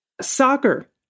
Soccer